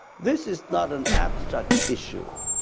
this is not an abstract issue.